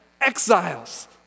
exiles